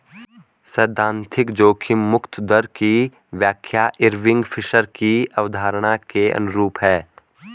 सैद्धांतिक जोखिम मुक्त दर की व्याख्या इरविंग फिशर की अवधारणा के अनुरूप है